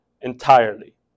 entirely